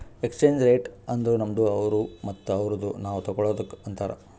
exchange rate ಅಂದುರ್ ನಮ್ದು ಅವ್ರು ಮತ್ತ ಅವ್ರುದು ನಾವ್ ತಗೊಳದುಕ್ ಅಂತಾರ್